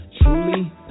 Truly